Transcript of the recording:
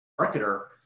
marketer